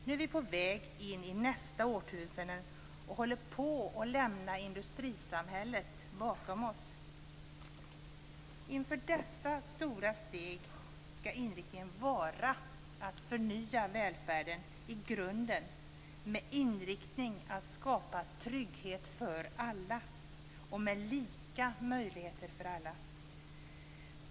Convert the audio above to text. Nu är vi på väg in i nästa årtusende och håller på att lämna industrisamhället bakom oss. Inför dessa stora steg skall inriktningen vara att förnya välfärden i grunden med inriktningen att skapa trygghet för alla och lika möjligheter för alla.